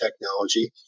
technology